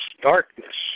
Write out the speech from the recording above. darkness